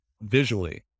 visually